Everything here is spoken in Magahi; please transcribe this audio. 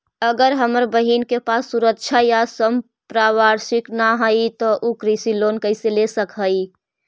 अगर हमर बहिन के पास सुरक्षा या संपार्श्विक ना हई त उ कृषि लोन कईसे ले सक हई?